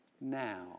now